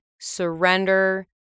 surrender